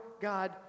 God